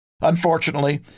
Unfortunately